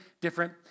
different